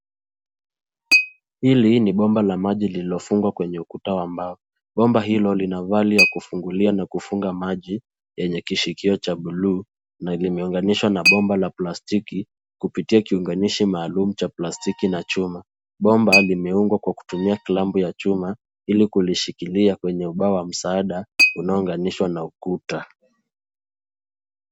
Hili ni bomba la maji lililofungwa kwenye ukuta wa mbao. Bomba hilo lina valu ya kufungulia na kufunga maji lenye kishikio cha buluu na limeunganishwa na bomba la plastiki kupitia kiunganishi maalum cha plastiki na chuma. Bomba limeundwa kwa kutumia plambu ya chuma ili kulishikilia kwenye ubao wa msaada unaounganishwa na ukuta.